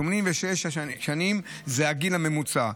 86 שנים זה הגיל הממוצע.